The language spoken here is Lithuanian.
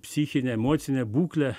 psichinę emocinę būklę